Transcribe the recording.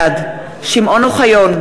בעד שמעון אוחיון,